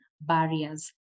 barriers